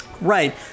right